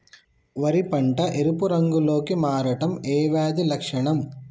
వరి పంట ఎరుపు రంగు లో కి మారడం ఏ వ్యాధి లక్షణం?